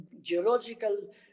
geological